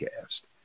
cast